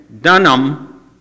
Dunham